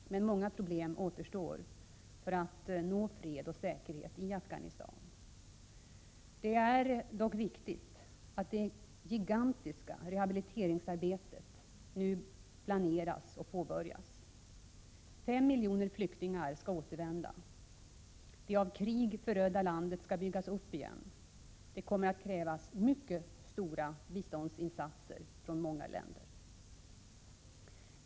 Men många problem återstår för att nå fred och säkerhet i Afghanistan. Det är dock viktigt att det gigantiska rehabiliteringsarbetet nu planeras och påbörjas. Fem miljoner flyktingar skall återvända. Det av krig förödda landet skall byggas upp igen. Det kommer att krävas mycket stora biståndsinsatser från många länder.